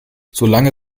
solange